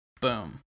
Boom